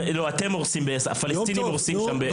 לא, אתם הורסים, הפלסטינים הורסים שם ב-ה'.